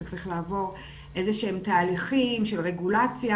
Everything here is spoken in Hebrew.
זה צריך לעבור איזה שהם תהליכים של רגולציה.